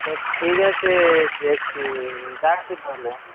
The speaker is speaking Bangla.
তা ঠিক আছে দেখছি রাখছি তাহলে